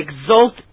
exalt